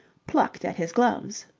plucked at his gloves.